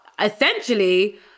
essentially